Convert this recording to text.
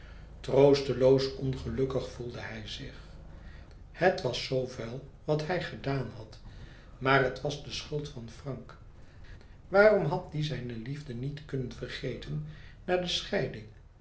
troosteloos ongelukkig voelde hij zich het was zoo vuil wat hij gedaan had maar het was de schuld van frank waarom had die zijne liefde niet kunnen vergeten na de scheiding